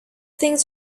things